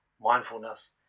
mindfulness